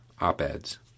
op-eds